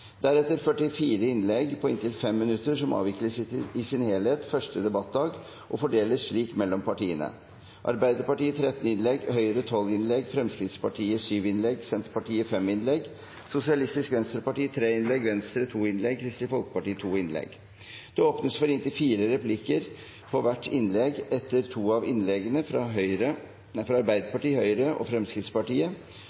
Deretter 44 innlegg på inntil 5 minutter som avvikles i sin helhet på første debattdag og fordeles slik mellom partiene: Arbeiderpartiet 13 innlegg, Høyre 12 innlegg, Fremskrittspartiet 7 innlegg, Senterpartiet 5 innlegg, Sosialistisk Venstreparti 3 innlegg, Venstre 2 innlegg og Kristelig Folkeparti 2 innlegg. Det åpnes for inntil fire replikker på hvert innlegg etter to av innleggene fra Arbeiderpartiet, Høyre og Fremskrittspartiet og etter ett av innleggene fra